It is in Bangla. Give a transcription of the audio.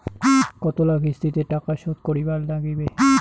কতোলা কিস্তিতে টাকা শোধ করিবার নাগীবে?